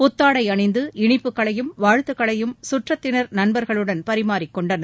புத்தாடை அணிந்து இனிப்புகளையும் வாழ்த்துக்களையும் கற்றத்தினர் நண்பர்களுடன் பரிமாறிக் கொண்டனர்